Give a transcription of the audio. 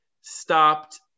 stopped